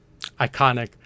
iconic